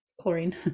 chlorine